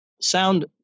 Sound